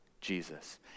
Jesus